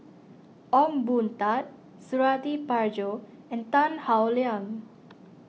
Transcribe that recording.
Ong Boon Tat Suradi Parjo and Tan Howe Liang